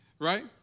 Right